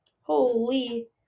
Holy